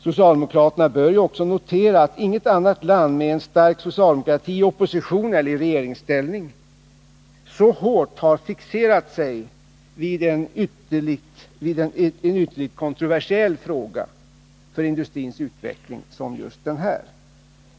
Socialdemokraterna bör också notera att inget annat land med en stark socialdemokrati i opposition eller i regeringsställning så hårt har fixerat sig vid en för industrins utveckling så ytterligt kontroversiell fråga som just denna. Jag kan ta Norge som ett exempel.